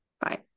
Bye